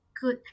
good